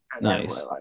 Nice